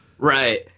Right